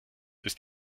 ist